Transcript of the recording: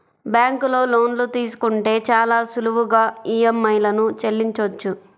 బ్యేంకులో లోన్లు తీసుకుంటే చాలా సులువుగా ఈఎంఐలను చెల్లించొచ్చు